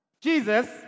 Jesus